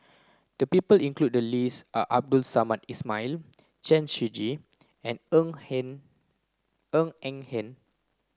the people included in the list are Abdul Samad Ismail Chen Shiji and Ng Hen Ng Eng Hen